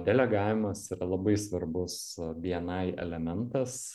delegavimas yra labai svarbus bni elementas